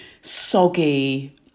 soggy